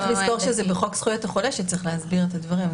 גם נראה לי שזה צריך להסביר את הדברים בחוק זכויות החולה.